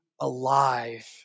alive